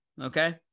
Okay